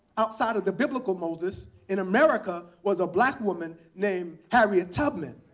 outside of the biblical moses, in america was a black woman named harriet tubman.